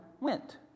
went